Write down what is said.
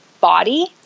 body